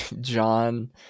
John